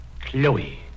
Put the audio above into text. Chloe